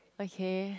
okay